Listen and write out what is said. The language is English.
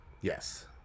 yes